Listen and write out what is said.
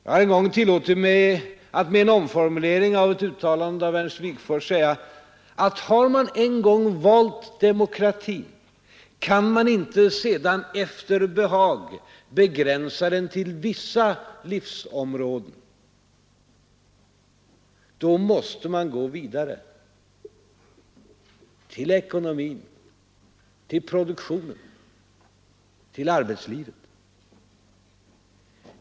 Jag har en gång tillåtit mig att med en omformulering av ett uttalande av Ernst Wigforss säga, att har man en gång valt demokratin kan man inte sedan efter behag begränsa den till vissa livsområden. Då måste man gå vidare, till ekonomin, till produktionen och till arbetslivet.